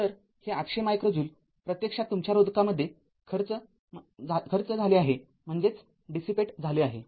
तर हे ८०० micro joule प्रत्यक्षात तुमच्या रोधकामध्ये खर्च झाले आहे